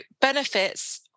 benefits